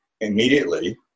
immediately